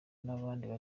n’abandi